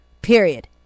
Period